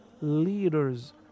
leaders